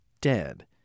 dead